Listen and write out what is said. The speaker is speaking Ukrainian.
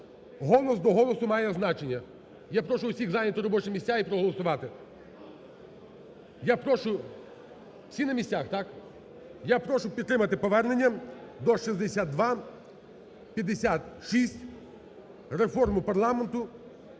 голос до голосу має значення, я прошу всіх зайняти робочі місця і проголосувати. Я прошу, всі на місцях, так? Я прошу підтримати повернення до 6256 реформу парламенту